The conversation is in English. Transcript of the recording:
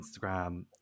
Instagram